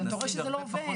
אבל אתה רואה שזה לא עובד.